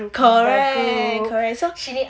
correct correct so